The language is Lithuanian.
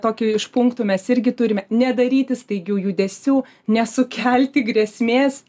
tokį iš punktų mes irgi turime nedaryti staigių judesių nesukelti grėsmės